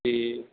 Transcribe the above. ਤੇ